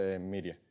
media